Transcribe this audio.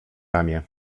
ramię